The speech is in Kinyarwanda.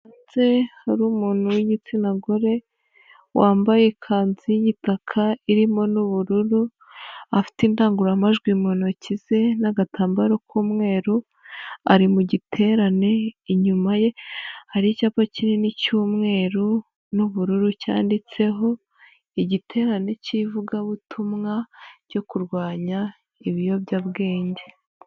Ndetse hari umuntu w'igitsina gore wambaye ikanzu y'igitaka irimo n'ubururu, afite indangururamajwi mu ntoki ze n'agatambaro k'umweru, ari mu giterane inyuma ye hari icyapa kinini cy'umweru n'ubururu cyanditseho igiterane cy'ivugabutumwa cyo kurwanya ibiyobyabwenge.